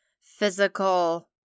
physical